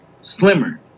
slimmer